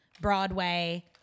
Broadway